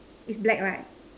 is black right